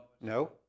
no